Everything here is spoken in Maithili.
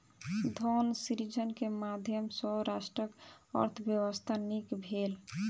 धन सृजन के माध्यम सॅ राष्ट्रक अर्थव्यवस्था नीक भेल